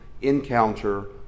encounter